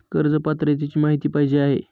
कर्ज पात्रतेची माहिती पाहिजे आहे?